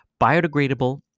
biodegradable